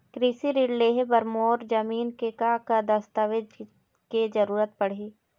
कृषि ऋण लेहे बर मोर जमीन के का दस्तावेज दस्तावेज के जरूरत पड़ही?